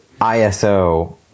ISO